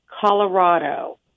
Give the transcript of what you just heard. Colorado